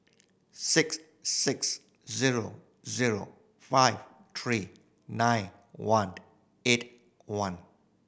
six six zero zero five three nine one eight one